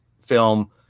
film